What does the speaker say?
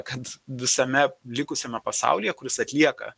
kad visame likusiame pasaulyje kuris atlieka